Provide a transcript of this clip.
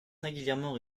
singulièrement